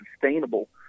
sustainable